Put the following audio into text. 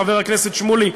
חבר הכנסת שמולי,